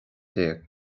déag